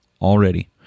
already